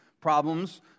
problems